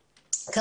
מור.